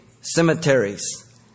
cemeteries